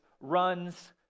runs